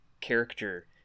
character